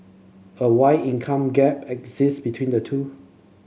a wide income gap exists between the two